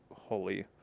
holy